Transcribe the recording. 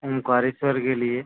ओंकारेश्वर के लिए